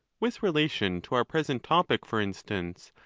with relation to our present topic, for instance,